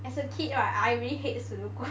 as a kid right I really hate sudoku